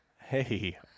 Hey